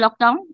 lockdown